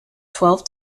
twelve